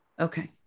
Okay